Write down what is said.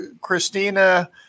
Christina